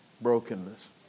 Brokenness